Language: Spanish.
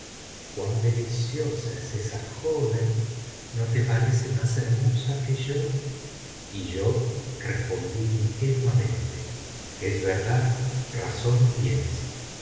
cuan deliciosa es esa joven no te parece más hermosa que yo y yo respondí ingenuamente es verdad razón tienes